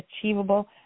achievable